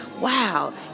wow